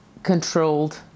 controlled